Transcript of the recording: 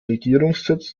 regierungssitz